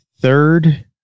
third